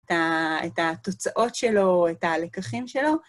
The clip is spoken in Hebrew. את התוצאות שלו, את הלקחים שלו.